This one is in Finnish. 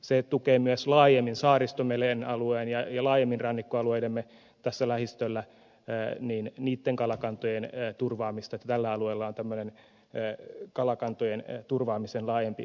se tukee myös laajemmin saaristomeren alueen ja laajemmin rannikkoalueidemme tässä lähistöllä kalakantojen turvaamista että tällä alueella on tämmöinen kalakantojen turvaamisen laajempi kokonaistavoite